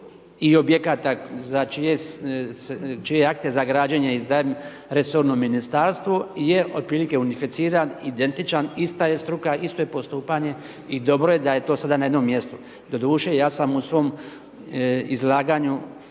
i objekata čije akte za građenje izdaje resorno Ministarstvo je otprilike unificiran, identičan, ista je struka, isto je postupanje i dobro je da je to sada na jednom mjestu. Doduše, ja sam u svom izlaganju